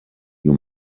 you